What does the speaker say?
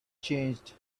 changed